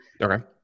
okay